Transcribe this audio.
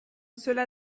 cela